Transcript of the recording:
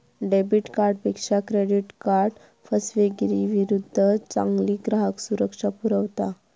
debit कार्डपेक्षा credit card फसवेगिरीविरुद्ध चांगली ग्राहक सुरक्षा पुरवता